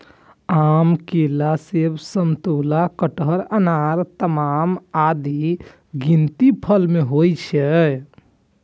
आम, केला, सेब, समतोला, कटहर, अनार, लताम आदिक गिनती फल मे होइ छै